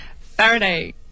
Faraday